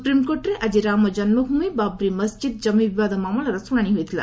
ସୁପ୍ରିମ୍କୋର୍ଟରେ ଆଜି ରାମ ଜନ୍ମଭୂମି ବାବ୍ରି ମସକିଦ ଜମି ବିବାଦ ମାମଲାର ଶୁଣାଣୀ ହୋଇଥିଲା